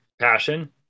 passion